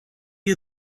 you